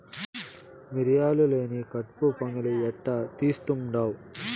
మిరియాలు లేని కట్పు పొంగలి ఎట్టా తీస్తుండావ్